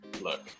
Look